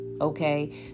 Okay